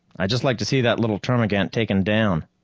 i just like to see that little termagant taken down.